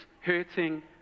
hurting